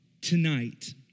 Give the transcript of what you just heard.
tonight